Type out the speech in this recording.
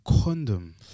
condom